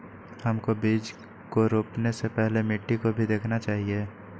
हमको बीज को रोपने से पहले मिट्टी को भी देखना चाहिए?